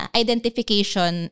identification